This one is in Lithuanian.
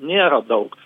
nėra daug